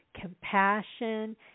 compassion